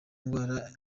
ndwara